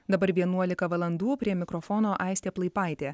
dabar vienuolika valandų prie mikrofono aistė plaipaitė